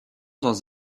dans